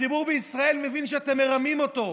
הציבור בישראל מבין שאתם מרמים אותו.